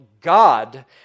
God